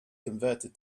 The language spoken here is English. converted